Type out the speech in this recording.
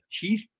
teeth